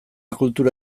kultura